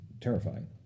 terrifying